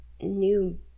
new